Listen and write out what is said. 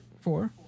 four